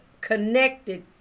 connected